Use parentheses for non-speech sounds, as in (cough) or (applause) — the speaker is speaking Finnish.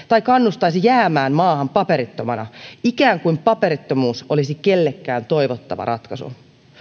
(unintelligible) tai kannustaisi jäämään maahan paperittomana ikään kuin paperittomuus olisi kellekään toivottava ratkaisu